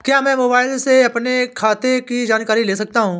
क्या मैं मोबाइल से अपने खाते की जानकारी ले सकता हूँ?